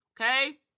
okay